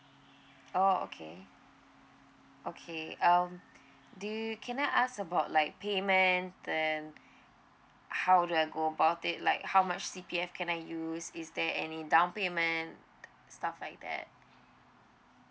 orh okay okay um do you can I ask about like payment then how do I go about it like how much C_P_F can I use is there any down payment stuff like that